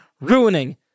ruining